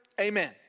Amen